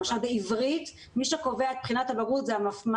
למשל בעברית מי קובע את בחינת הבגרות זה המפמ"ר,